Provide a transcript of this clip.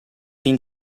been